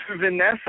Vanessa